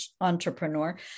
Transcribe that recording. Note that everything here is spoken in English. entrepreneur